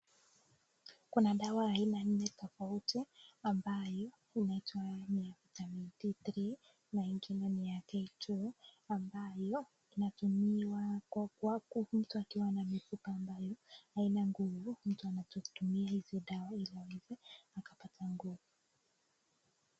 Kuna dawa aina nne tofauti, ambayo inaitwa ni ya vitamin D3 na ingine ni ya K2 , ambayo inatumiwa kwa, kwa mtu akiwa na mifupa ambayo haina nguvu, mtu anatumia hizi dawa ili aweze akapata nguvu.